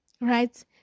right